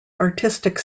artistic